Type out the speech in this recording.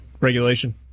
regulation